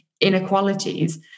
inequalities